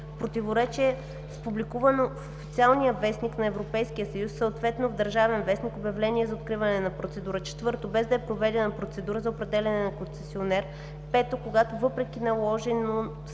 противоречие с публикувано в „Официален вестник“ на Европейския съюз, съответно в „Държавен вестник“ обявление за откриване на процедурата; 4. без да е проведена процедура за определяне на концесионер; 5. когато въпреки наложено спиране